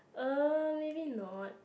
uh maybe not